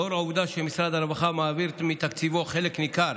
לאור העובדה שמשרד הרווחה מעביר מתקציבו חלק ניכר